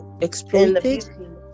exploited